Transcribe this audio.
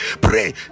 pray